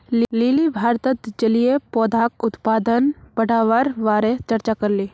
lily भारतत जलीय पौधाक उत्पादन बढ़वार बारे चर्चा करले